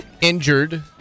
injured